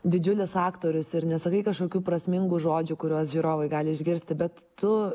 didžiulis aktorius ir nesakai kažkokių prasmingų žodžių kuriuos žiūrovai gali išgirsti bet tu